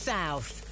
South